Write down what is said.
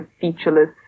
featureless